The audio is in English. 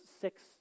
six